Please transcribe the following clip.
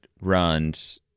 runs